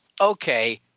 okay